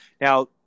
Now